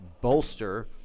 bolster